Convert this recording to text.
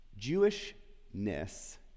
Jewishness